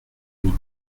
nous